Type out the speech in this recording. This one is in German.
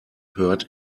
hört